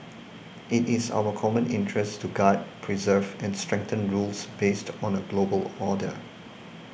it is in our common interest to guard preserve and strengthen rules based on global order